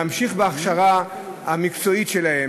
להמשיך בהכשרה המקצועית שלהן.